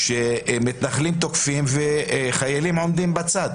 שמתנחלים תוקפים וחיילים עומדים בצד,